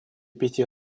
пяти